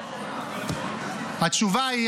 התשובה היא,